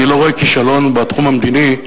אני לא רואה כישלון בתחום המדיני,